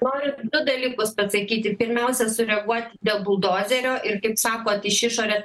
noriu du dalykus atsakyti pirmiausia sureaguoti dėl buldozerio ir kaip sakot iš išorės